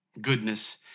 goodness